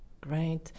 Great